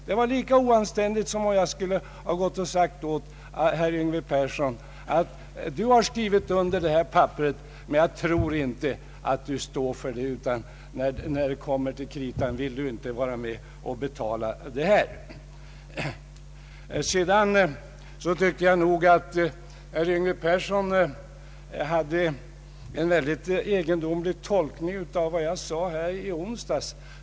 Det var lika oanständigt som om jag hade sagt åt herr Yngve Persson: ”Du har skrivit under detta papper, men jag tror inte att du står för det utan att du när det kommer till kritan inte vill vara med och betala det hela.” Jag tyckte nog att herr Yngve Persson hade en mycket egendomlig tolkning av vad jag sade här i debatten i onsdags.